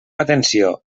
atenció